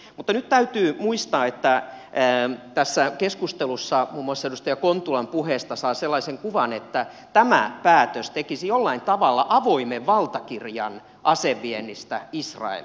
mutta nyt täytyy muistaa että tässä keskustelussa muun muassa edustaja kontulan puheesta saa sellaisen kuvan että tämä päätös tekisi jollain tavalla avoimen valtakirjan aseviennistä israeliin